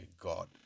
god